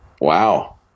Wow